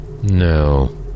No